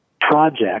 Project